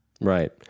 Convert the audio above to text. right